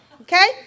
okay